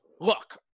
Look